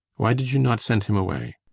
why did you not send him away?